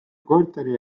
korterite